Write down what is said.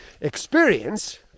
Experience